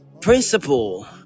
principle